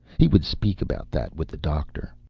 he would speak about that with the doctor.